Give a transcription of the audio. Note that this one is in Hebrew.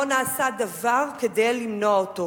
ולא נעשה דבר כדי למנוע אותו.